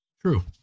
True